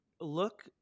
look